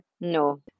no